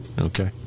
Okay